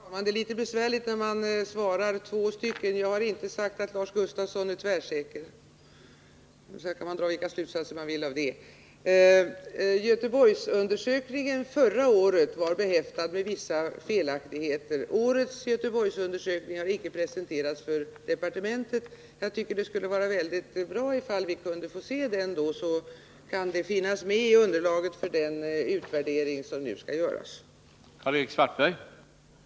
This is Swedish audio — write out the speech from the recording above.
Herr talman! Det är litet besvärligt när man svarar två personer. Jag har inte sagt att Lars Gustafsson är tvärsäker. Sedan kan man dra vilken slutsats man vill av det påståendet. Nr 49 Göteborgsundersökningen förra året var behäftad med vissa felaktigheter. Tisdagen den Årets Göteborgsundersökning är inte presenterad för departementet. Det i1 december 1979 vore väldigt bra om vi kunde få se den, så kunde den tas med i underlaget för den utvärdering som nu skall göras.